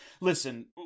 Listen